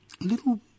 little